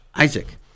Isaac